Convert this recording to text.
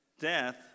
death